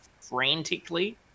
frantically